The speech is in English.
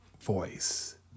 Voice